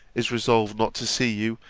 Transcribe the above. is resolved not to see you,